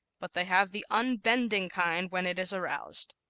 but they have the unbending kind when it is aroused.